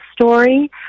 story